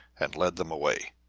and led them away.